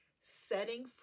setting